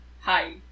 hi